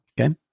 Okay